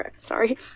Sorry